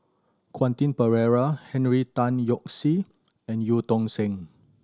Quentin Pereira Henry Tan Yoke See and Eu Tong Sen